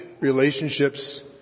relationships